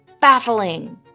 baffling